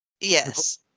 Yes